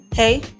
Hey